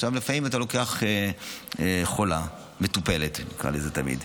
לפעמים אתה לוקח חולה, מטופלת, נקרא לזה תמיד,